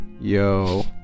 yo